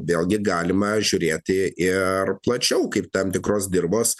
vėlgi galima žiūrėti ir plačiau kaip tam tikros dirvos